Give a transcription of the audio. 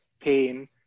pain